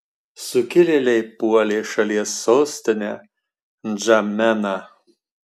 sukilėliai puolė šalies sostinę ndžameną